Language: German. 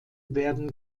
werden